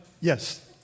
Yes